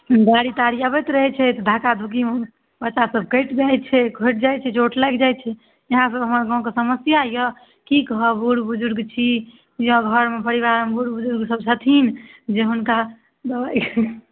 गाड़ी ताड़ी अबैत रहै छै धक्का धुक्कीमे बच्चासभ कटि जाइ छै खोंटि जाइ छै चोट लागि जाइ छै इएहसभ हमर गामके समस्या यए की कहब बूढ़ बुजुर्ग छी या घरमे परिवारमे बूढ़ बुजुर्गसभ छथिन जे हुनका